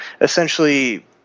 essentially